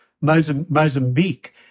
Mozambique